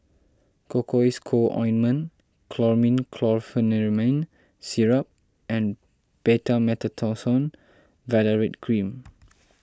Cocois Co Ointment Chlormine Chlorpheniramine Syrup and Betamethasone Valerate Cream